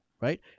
right